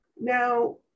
Now